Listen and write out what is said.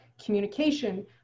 communication